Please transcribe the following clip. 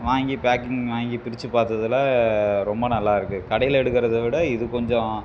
வாங்கி பேக்கிங் வாங்கி பிரிச்சிப் பார்த்ததுல ரொம்ப நல்லாருக்குது கடையில் எடுக்கிறத விட இது கொஞ்சம்